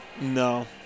No